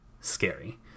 scary